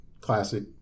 classic